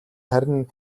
харин